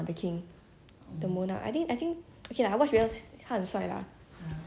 actually that's how I watch korean drama [one] I see um um I see the male lead if I like